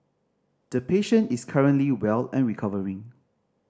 the patient is currently well and recovering